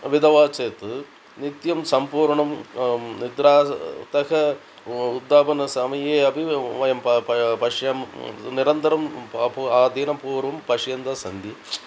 विधवा चेत् नित्यं सम्पूर्णं निद्रा तः उत्थापनसमये अपि व वयं प प पश्यामः निरन्तरं पा पू आदिनं पूर्वं पश्यन्तस्सन्ति